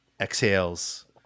exhales